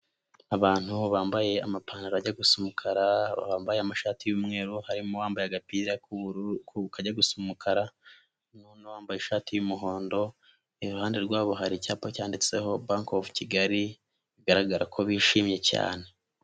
Abantu bambaye amapantaro ajya gusa umukara, bambaye amashati y'umweru harimo uwambaye agapira k'uburu kajya gu gusa umukara, n'uwambaye ishati y'umuhondo, iruhande rwabo hari icyapa cyanditseho banke ofu kigali, bigaragara ko bishimye cyane.